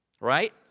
Right